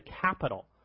capital